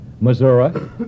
Missouri